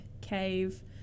cave